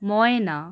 ময়না